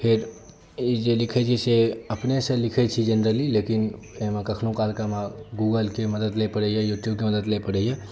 फेर ई जे लिखै जे छी अपने स लिखै छी जेनरली लेकिन एहिमे कखनो काल कऽ हमरा गूगलके मदद लै परै यऽ यूट्यूबके मदद लै परैया